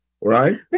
Right